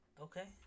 Okay